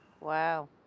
Wow